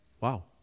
Wow